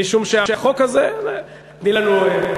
משום שהחוק הזה, תני לנו.